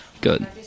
Good